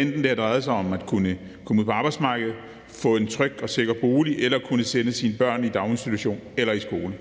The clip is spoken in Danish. enten det drejer sig om at komme ud på arbejdsmarkedet, få en tryg og sikker bolig eller kunne sende sine børn i daginstitutioner eller i skole.